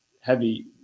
heavy